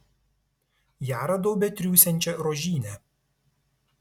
ją radau betriūsiančią rožyne